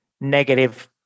negative